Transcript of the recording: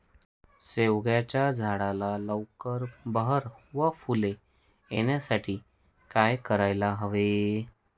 शेवग्याच्या झाडाला लवकर बहर व फूले येण्यासाठी काय करायला हवे?